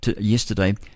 yesterday